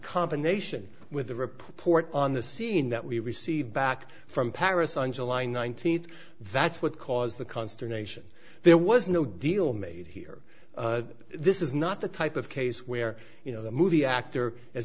combination with a report on the scene that we received back from paris on july nineteenth that's what caused the consternation there was no deal made here this is not the type of case where you know the movie actor as